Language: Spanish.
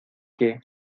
que